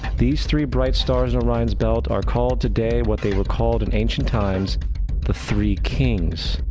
these three bright stars, orion's belt, are called today what they were called in ancient times the three kings.